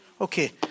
Okay